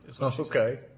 Okay